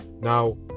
now